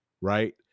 right